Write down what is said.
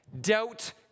Doubt